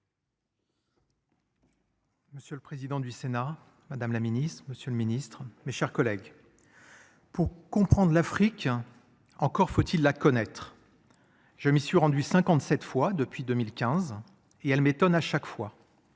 Monsieur le président du Sénat Madame la Ministre, Monsieur le Ministre, mes chers collègues. Pour comprendre l'Afrique. Encore faut-il la connaître. Je m'y suis rendu 57 fois depuis 2015 et elle m'étonne à chaque fois.